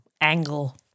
angle